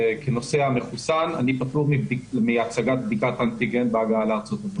כנוסע מחוסן אני פטור מהצגת בדיקת אנטיגן בהגעה לארצות הברית.